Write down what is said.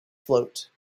float